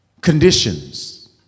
conditions